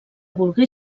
volgué